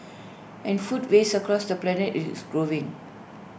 and food waste across the planet is growing